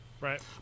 Right